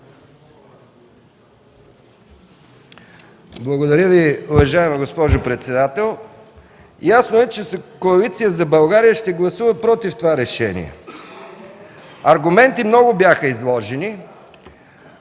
Благодаря Ви, уважаема госпожо председател. Ясно е, че Коалиция за България ще гласува против това решение. Бяха изложени